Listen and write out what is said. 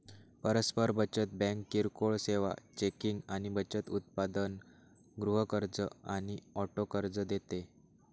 परस्पर बचत बँक किरकोळ सेवा, चेकिंग आणि बचत उत्पादन, गृह कर्ज आणि ऑटो कर्ज देते